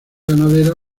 ganadera